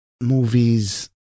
movies